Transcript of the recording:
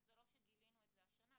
וזה לא שגילינו את זה השנה,